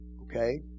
Okay